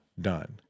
done